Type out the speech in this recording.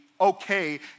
okay